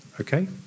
Okay